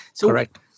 Correct